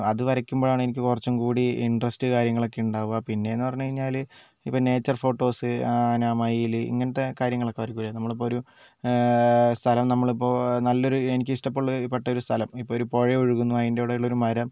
അത് വരയ്ക്കുമ്പോഴാണ് എനിക്ക് കുറച്ചുംകൂടി ഇൻറ്ററസ്റ്റ് കാര്യങ്ങളൊക്കെ ഉണ്ടാവുക പിന്നെ എന്ന് പറഞ്ഞു കഴിഞ്ഞാൽ ഇപ്പം നേച്ചർ ഫോട്ടോസ് ആന മയിൽ ഇങ്ങനത്തെ കാര്യങ്ങളൊക്കെ വരയ്ക്കില്ലേ നമ്മളിപ്പോൾ സ്ഥലം നമ്മളിപ്പോൾ നല്ലൊരു എനിക്ക് ഇഷ്ടപ്പെട്ടൊരു സ്ഥലം ഇപ്പോൾ ഒരു പുഴ ഒഴുകുന്നു അതിൻ്റെ കൂടെയുള്ളൊരു മരം